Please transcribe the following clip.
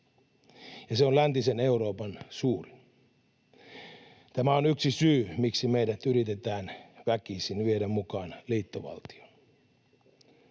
Se on läntisen Euroopan suurin. Tämä on yksi syy, miksi meidät yritetään väkisin viedä mukaan liittovaltioon.